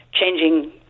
changing